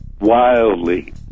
wildly